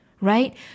right